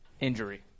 injury